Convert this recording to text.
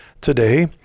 today